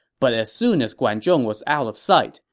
but as soon as guan zhong was out of sight,